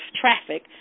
traffic